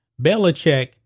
Belichick